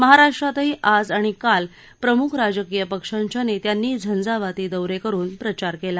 महाराष्ट्रातही आज आणि काल प्रमुख राजकीय पक्षांच्या नव्यांनी झंझावाती दौरक्रिरुन प्रचार कला